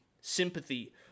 sympathy